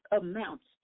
amounts